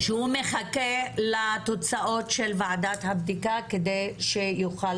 שהוא מחכה לתוצאות של ועדת הבדיקה כדי שיוכל